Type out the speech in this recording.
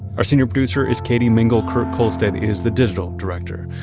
our senior producer is katie mingle. kurt kohlstedt is the digital director.